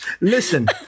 Listen